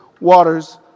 waters